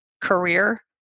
career